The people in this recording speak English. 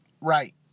right